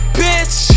bitch